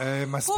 מספיק.